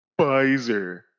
Pfizer